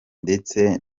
ndetse